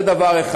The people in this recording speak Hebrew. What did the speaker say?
זה דבר אחד.